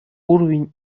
уровень